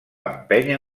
empènyer